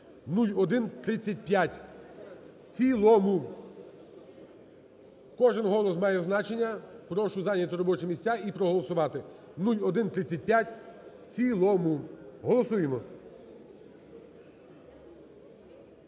(0135) в цілому. Кожен голос має значення, прошу зайняти робочі місця і проголосувати 0135 в цілому. Голосуємо.